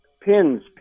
pins